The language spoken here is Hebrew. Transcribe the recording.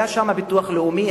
היה שם סניף ביטוח לאומי,